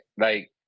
like-